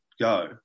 go